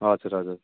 हजुर हजुर